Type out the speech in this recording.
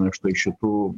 štai šitų